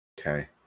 Okay